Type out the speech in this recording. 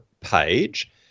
page